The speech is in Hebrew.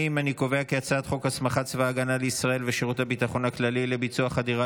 חוק הסמכת צבא הגנה לישראל ושירות הביטחון הכללי לביצוע חדירה